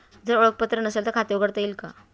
जर ओळखपत्र नसेल तर खाते उघडता येईल का?